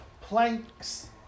Planks